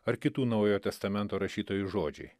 ar kitų naujojo testamento rašytojų žodžiai